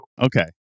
Okay